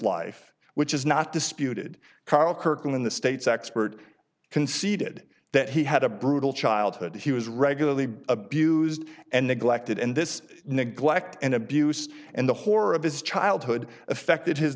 life which is not disputed karl kirkland the state's expert conceded that he had a brutal childhood he was regularly abused and neglected and this neglect and abuse and the horror of his childhood affected his